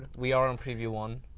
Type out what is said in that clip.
we are on preview one.